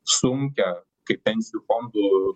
sunkią kaip pensijų fondų